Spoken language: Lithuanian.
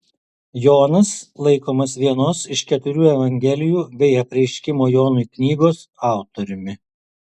jonas laikomas vienos iš keturių evangelijų bei apreiškimo jonui knygos autoriumi